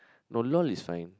no lol is fine